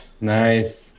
Nice